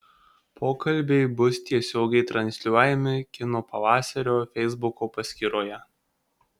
pokalbiai bus tiesiogiai transliuojami kino pavasario feisbuko paskyroje